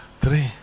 three